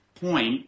point